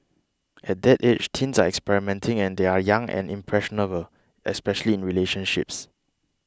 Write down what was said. at that age teens are experimenting and they are young and impressionable especially in relationships